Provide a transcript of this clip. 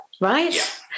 right